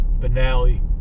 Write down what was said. finale